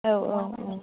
औ औ औ